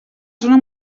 zona